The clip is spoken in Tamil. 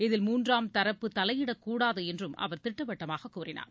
இதில் மூன்றாம் தரப்பு தலையிடக்கூடாது என்றும் அவர் திட்டவட்டமாக கூறினார்